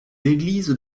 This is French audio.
églises